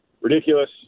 ridiculous